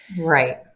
Right